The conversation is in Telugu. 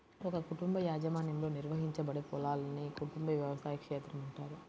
ఒక కుటుంబ యాజమాన్యంలో నిర్వహించబడే పొలాన్ని కుటుంబ వ్యవసాయ క్షేత్రం అంటారు